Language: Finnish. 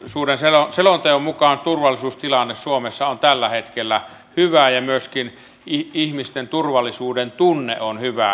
tuon sisäisen turvallisuuden selonteon mukaan turvallisuustilanne suomessa on tällä hetkellä hyvä ja myöskin ihmisten turvallisuudentunne on hyvä